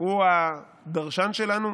הוא הדרשן שלנו.